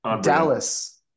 Dallas